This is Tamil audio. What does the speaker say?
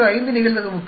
05 நிகழ்தகவுக்கு